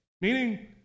Meaning